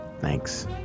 Thanks